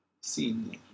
seen